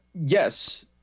Yes